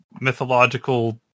mythological